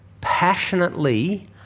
passionately